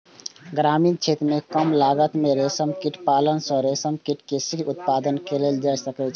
ग्रामीण क्षेत्र मे कम लागत मे रेशम कीट पालन सं रेशम कीट के शीघ्र उत्पादन कैल जा सकैए